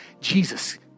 Jesus